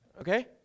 okay